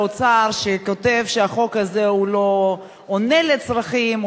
תגובה של האוצר שכותב שהחוק הזה לא עונה על הצרכים,